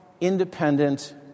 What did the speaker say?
independent